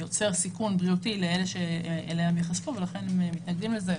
יוצר סיכון בריאותי לאלה אליהם הם ייחשפו ולכן מתנגדים לזה.